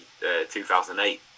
2008